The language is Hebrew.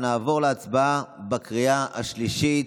נעבור להצבעה בקריאה השלישית.